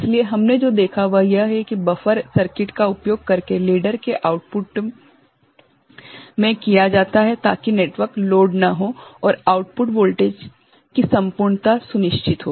इसलिए हमने जो देखा है वह यह है कि बफर सर्किट का उपयोग लेडर के आउटपुट में किया जाता है ताकि नेटवर्क लोड न हो और आउटपुट वोल्टेज की संपूर्णता सुनिश्चित हो